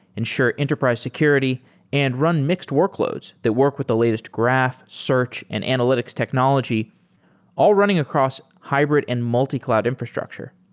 ensure enterprise security and run mixed workloads that work with the latest graph, search and analytics technology all running across hybrid and multi-cloud infrastructure.